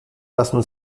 lassen